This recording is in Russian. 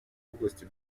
области